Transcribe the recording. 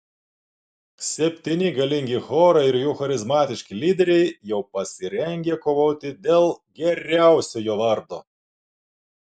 septyni galingi chorai ir jų charizmatiški lyderiai jau pasirengę kovoti dėl geriausiojo vardo